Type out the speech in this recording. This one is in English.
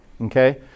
okay